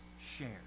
share